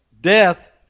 Death